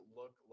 look